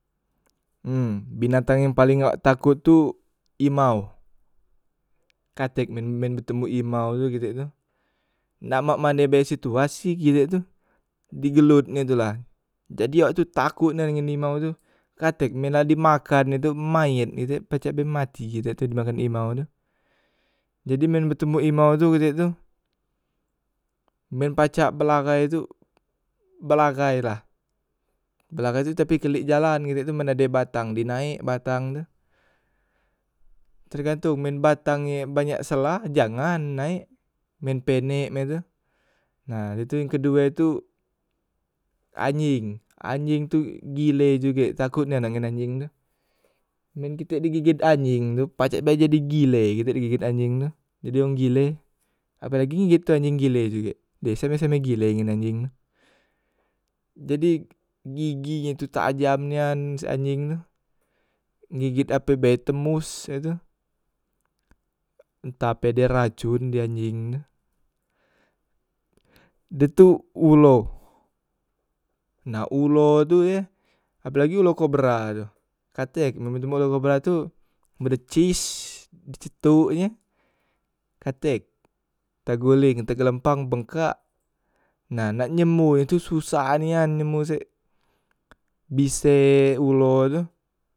Em binatang yang paleng awak takot tu imau, katek men men betemu imau tu kitek tu, nak mak mane be situasi kitek tu digelot nye tu lah, jadi awak tu takot nian ngan imau tu, katek men la dimakan e tu mayet kitek tu pacek be mati kitek tu dimakan imau tu, jadi men betemu imau tu kitek tu men pacak belarai tu belarai lah, belarai tu tapi kelik jalan kitek tu men ade batang di naek batang tu, tergantong men batangnye banyak selah jangan naek men pendek mak itu. Nah dah tu yang kuduek tu anjeng, anjeng tu gilek jugek takot nyan angan anjeng tu, men kitek digeget anjeng tu pacak be jadi gile kitek digeget anjeng tu, jadi wong gile apelagi geget tu anjeng gile jugek deh same- same gile ngan anjeng tu, jadi giginye tu tajam nian sek anjeng tu, geget ape bae tembos e tu, entah ape diracon di anjeng tu. Dah tu ulo, nah ulo tu ye ape lagi ulo kobra e tu katek men betemu ulo kobra tu bedecis dicetoknye katek taguling, tegelempang, bengkak, nah nak nyemboh e tu sosah nian nyemboh sek bise ulo e tu.